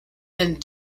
and